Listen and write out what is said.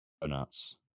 Donuts